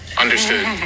Understood